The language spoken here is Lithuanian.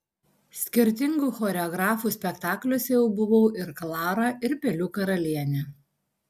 skirtingų choreografų spektakliuose jau buvau ir klara ir pelių karalienė